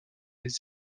des